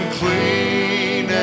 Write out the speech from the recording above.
clean